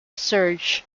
surge